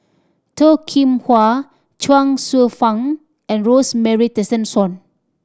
Toh Kim Hwa Chuang Hsueh Fang and Rosemary Tessensohn